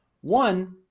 One